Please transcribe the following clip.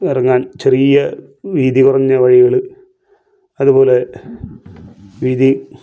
ഇറങ്ങാൻ ചെറിയ വീതി കുറഞ്ഞ വഴികൾ അതുപോലെ വീതി